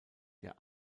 der